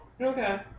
Okay